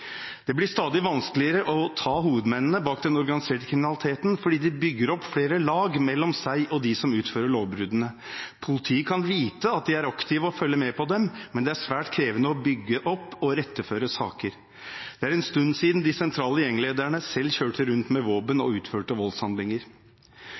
Det blir stadig vanskeligere å ta hovedmennene bak den organiserte kriminaliteten fordi de bygger opp flere lag mellom seg og dem som utfører lovbruddene. Politiet kan vite at de er aktive, og følger med på dem, men det er svært krevende å bygge opp og iretteføre saker. Det er en stund siden de sentrale gjenglederne selv kjørte rundt med våpen